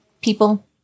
people